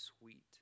sweet